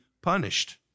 punished